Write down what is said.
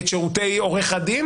את שירותי עורך הדין,